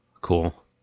Cool